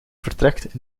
vertrekt